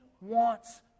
wants